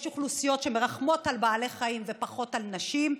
אוכלוסיות שמרחמות על בעלי חיים ופחות על נשים,